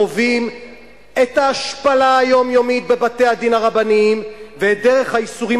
חווים את ההשפלה היומיומית בבתי-הדין הרבניים ואת דרך הייסורים